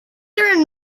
and